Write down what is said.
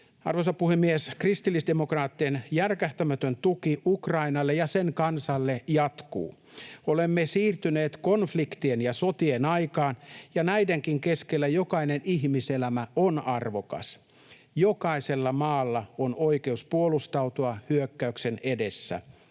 Arvoisa puhemies! Kristillisdemokraattien järkähtämätön tuki Ukrainalle ja sen kansalle jatkuu. Olemme siirtyneet konfliktien ja sotien aikaan, ja näidenkin keskellä jokainen ihmiselämä on arvokas. Jokaisella maalla on oikeus puolustautua hyökkäyksen edessä,